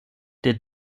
der